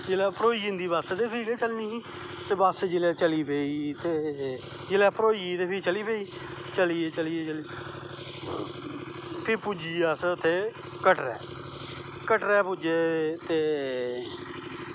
जिसलै भरोई जंदी बस ते फिर गै चलनी ही बस जिसलै चली पेई ते जिसलै भरोई गेई ते फिर चली पेई चली ये चलिये फिर पुज्जी गे अस उत्थें कटरै कटरै पुज्जे ते